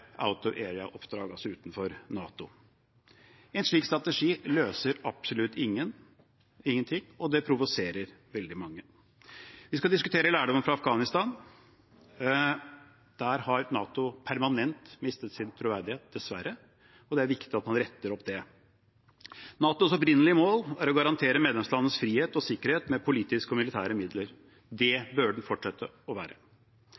utenfor NATO. En slik strategi løser absolutt ingen ting, og det provoserer veldig mange. Vi skal diskutere lærdommen fra Afghanistan. Der har NATO permanent mistet sin troverdighet, dessverre, og det er viktig at man retter opp det. NATOs opprinnelige mål er å garantere medlemslandenes frihet og sikkerhet med politiske og militære midler. Det bør det fortsette å være.